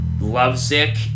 lovesick